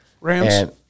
Rams